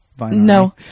No